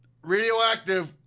Radioactive